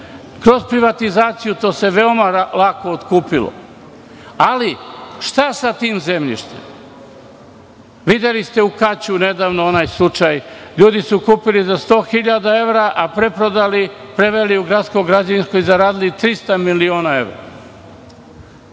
Kroz privatizaciju to se veoma lako otkupilo. Ali, šta sa tim zemljištem? Videli ste u Kaću nedavno onaj slučaj, ljudi su kupili za sto hiljada evra, a preprodali, preveli u gradsko građevinsko i zaradili trista miliona evra.